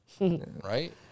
Right